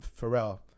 Pharrell